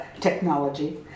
technology